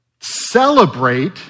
celebrate